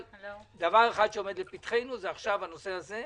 דבר אחד שעומד לפתחנו זה הנושא הזה.